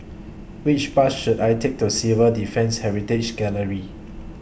Which Bus should I Take to Civil Defence Heritage Gallery